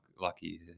Lucky